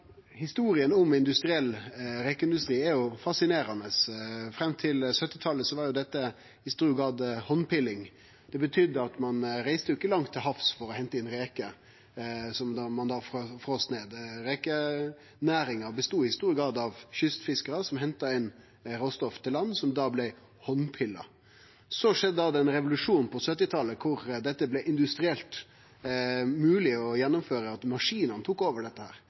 Historia om rekeindustrien er fascinerande. Fram til 1970-talet var dette i stor grad handpeling. Det betydde at ein ikkje reiste langt til havs for å hente inn reker som ein så fraus ned. Rekenæringa bestod i stor grad av kystfiskarar som henta inn råstoff til land, som så blei handpela. Så skjedde den revolusjonen på 1970-talet då dette blei mogleg å gjennomføre industrielt. Maskinene tok over,